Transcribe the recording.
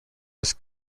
was